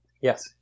Yes